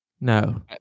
no